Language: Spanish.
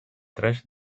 tres